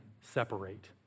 separate